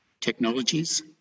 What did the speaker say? Technologies